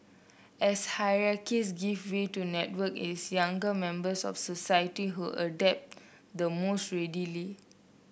as hierarchies give way to network it's younger members of society who adapt the most readily